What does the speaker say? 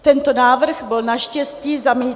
Tento návrh byl naštěstí zamítnut.